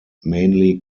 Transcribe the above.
mainly